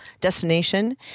destination